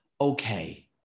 okay